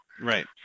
Right